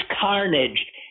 carnage